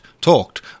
talked